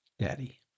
Daddy